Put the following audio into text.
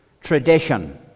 tradition